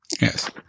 Yes